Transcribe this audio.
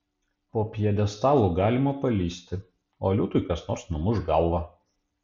po pjedestalu galima palįsti o liūtui kas nors numuš galvą